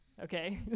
Okay